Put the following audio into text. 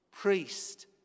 priest